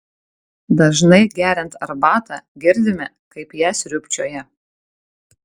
dažnai geriant arbatą girdime kaip ją sriubčioja